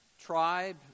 tribe